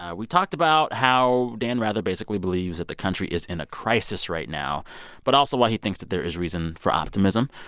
ah we talked about how dan rather basically believes that the country is in a crisis right now but also why he thinks that there is reason for optimism.